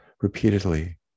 repeatedly